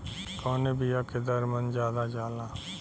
कवने बिया के दर मन ज्यादा जाला?